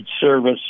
service